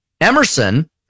Emerson